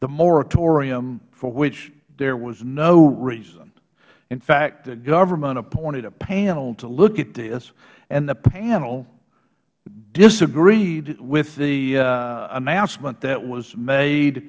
the moratorium for which there was no reason in fact the government appointed a panel to look at this and the panel disagreed with the announcement that was made